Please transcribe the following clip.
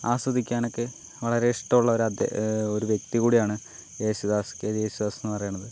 ആസ്വദിക്കാനൊക്കെ വളരെ ഇഷ്ടമുള്ള ഒരു വ്യക്തി കൂടിയാണ് യേശുദാസ് കെ ജെ യേശുദാസെന്ന് പറയണത്